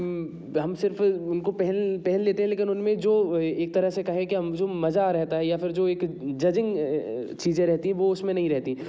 हम सिर्फ उनको पहन लेते हैं लेकिन उनमें जो एक तरह से कहे कि हम जो मजा रहता है या फिर जो एक जजिंग चीज़ें रहती है वो उसमें नहीं रहतीं